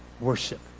worship